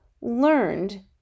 Learned